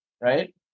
right